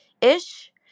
ish